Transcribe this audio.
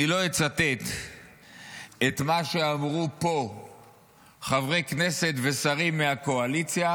אני לא אצטט את מה שאמרו פה חברי כנסת ושרים מהקואליציה,